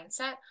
mindset